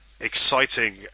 exciting